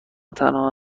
تنها